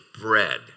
bread